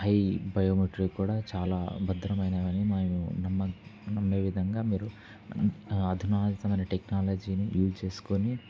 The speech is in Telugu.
హై బయోమట్రీ కూడా చాలా భద్రమైనవని మేము నమ్మ నమ్మే విధంగా మీరు అధునాతమైన టెక్నాలజీని యూస్ చేసుకుని